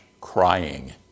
crying